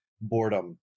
boredom